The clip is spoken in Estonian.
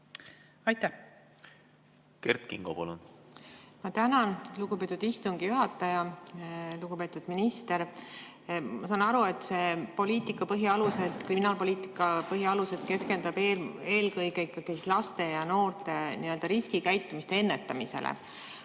Kert Kingo, palun! Ma tänan, lugupeetud istungi juhataja! Lugupeetud minister! Ma saan aru, et see poliitika põhialused, kriminaalpoliitika põhialused keskendub eelkõige ikkagi laste ja noorte n-ö riskikäitumise ennetamisele.